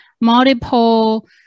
multiple